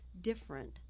different